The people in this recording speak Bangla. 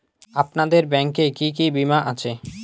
আপনাদের ব্যাংক এ কি কি বীমা আছে?